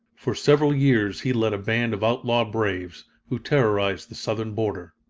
for several years he led a band of outlaw braves, who terrorized the southern border.